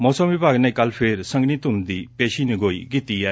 ਮੌਸਮ ਵਿਭਾਗ ਨੇ ਕੱਲੂ ਫੇਰ ਸੰਘਣੀ ਧੁੰਦ ਪੈਣ ਦੀ ਪੇਸ਼ੀਨਗੋਈ ਕੀਤੀ ਏ